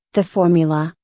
the formula,